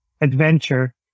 adventure